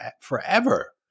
forever